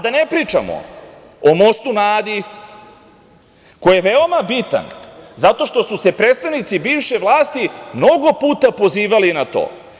Da ne pričamo o mostu na Adi, koji je veoma bitan zato što su se predstavnici bivše vlasti mnogo puta pozivali na to.